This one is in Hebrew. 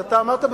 שאתה אמרת,